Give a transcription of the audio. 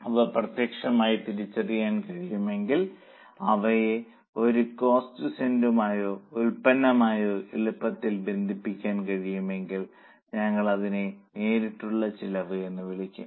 അവ പ്രത്യേകമായി തിരിച്ചറിയാൻ കഴിയുമെങ്കിൽ അവയെ ഒരു കോസ്റ്റ് സെന്ററുമായോ ഉൽപ്പന്നവുമായോ എളുപ്പത്തിൽ ബന്ധിപ്പിക്കാൻ കഴിയുമെങ്കിൽ ഞങ്ങൾ അതിനെ നേരിട്ടുള്ള ചെലവ് എന്ന് വിളിക്കും